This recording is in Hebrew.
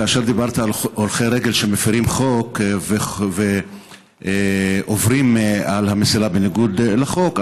כאשר דיברת על הולכי רגל שמפרים חוק ועוברים על המסילה בניגוד לחוק,